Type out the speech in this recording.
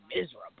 miserable